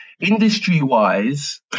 Industry-wise